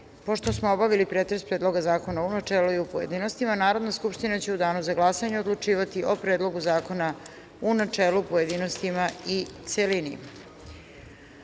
smo obavili pretres Predloga zakona u načelu i u pojedinostima, Narodna skupština će u danu za glasanje odlučivati o Predlogu zakona u načelu, pojedinostima i celini. Poštovani